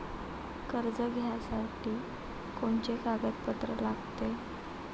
कर्ज घ्यासाठी कोनचे कागदपत्र लागते?